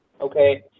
okay